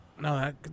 No